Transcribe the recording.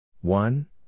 One